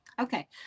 Okay